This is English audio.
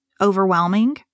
overwhelming